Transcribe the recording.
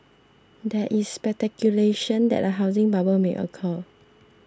there is speculation that a housing bubble may occur